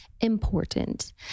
important